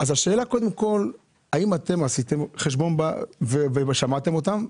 האם עשיתם חשבון ושמעתם אותם?